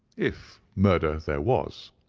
if murder there was.